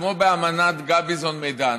כמו באמנת גביזון-מדן,